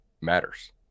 matters